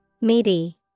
Meaty